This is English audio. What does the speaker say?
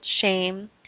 shame